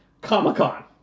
Comic-Con